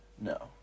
No